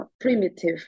primitive